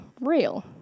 real